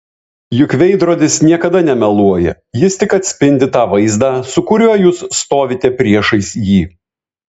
juk veidrodis niekada nemeluoja jis tik atspindi tą vaizdą su kuriuo jūs stovite priešais jį